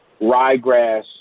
ryegrass